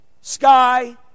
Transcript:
sky